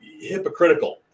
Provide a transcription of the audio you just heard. hypocritical